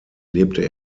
lebte